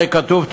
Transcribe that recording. הרי כתוב,